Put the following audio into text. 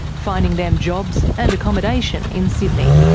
finding them jobs and accommodation in sydney.